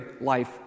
life